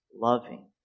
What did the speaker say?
loving